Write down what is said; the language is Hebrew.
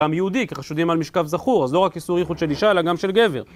גם יהודי, כחשודים על משכב זכור, אז לא רק איסור יחוד של אישה, אלא גם של גבר